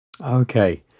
Okay